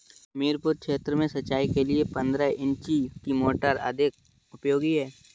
हमीरपुर क्षेत्र में सिंचाई के लिए पंद्रह इंची की मोटर अधिक उपयोगी है?